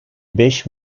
beş